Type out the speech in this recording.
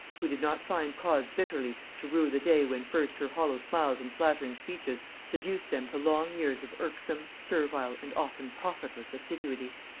who did not find cause bitterly to rue the day when first her hollow smiles and flattering speeches seduced them to long years of irksome, servile, and often profitless assiduity.